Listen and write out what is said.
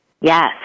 Yes